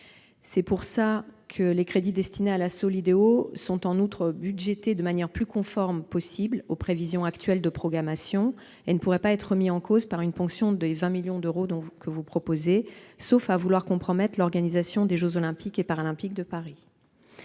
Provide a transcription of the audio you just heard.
C'est pourquoi les crédits destinés à la SOLIDEO sont en outre budgétés de la manière la plus conforme possible aux prévisions actuelles de programmation. Ils ne pourraient pas être remis en cause par la ponction de 20 millions d'euros que vous proposez, sauf à vouloir compromettre l'organisation des jeux Olympiques et Paralympiques de Paris.